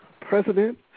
president